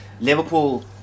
Liverpool